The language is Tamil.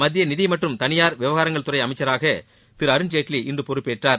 மத்திய நிதி மற்றும் தளியார் விவகாரங்கள் துறை அமைச்சராக திரு அருண்ஜேட்லி இன்று பொறுப்பேற்றார்